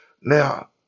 now